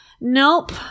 Nope